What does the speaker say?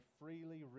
freely